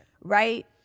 right